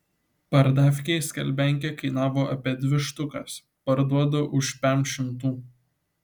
pardavkėj skalbiankė kainavo apie dvi štukas parduodu už pem šimtų